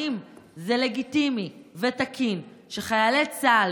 האם זה לגיטימי ותקין שחיילי צה"ל,